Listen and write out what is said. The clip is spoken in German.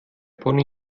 pony